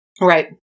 Right